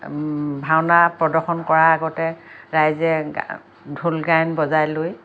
ভাওনা প্ৰদৰ্শন কৰাৰ আগতে ৰাইজে ঢোল গায়ন বজাই লৈ